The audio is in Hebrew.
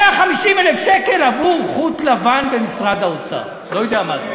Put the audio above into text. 150,000 עבור חוט לבן במשרד האוצר, לא יודע מה זה.